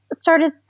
started